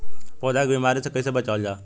पौधा के बीमारी से कइसे बचावल जा?